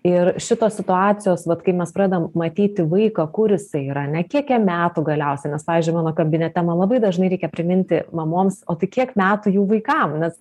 ir šitos situacijos vat kai mes pradedam matyti vaiką kur jisai yra ane kiek jam metų galiausiai nes pavyzdžiui mano kabinete man labai dažnai reikia priminti mamoms o tai kiek metų jų vaikam nes